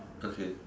okay